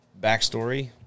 backstory